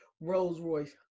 Rolls-Royce